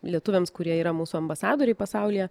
lietuviams kurie yra mūsų ambasadoriai pasaulyje